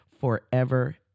forever